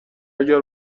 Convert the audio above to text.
اگر